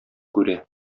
күрә